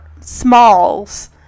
Smalls